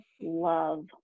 love